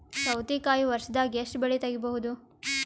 ಸೌತಿಕಾಯಿ ವರ್ಷದಾಗ್ ಎಷ್ಟ್ ಬೆಳೆ ತೆಗೆಯಬಹುದು?